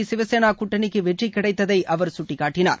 சிவசேனா கூட்டணிக்கு வெற்றி கிடைத்ததை அவர் சுட்டிக்காட்டினார்